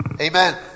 amen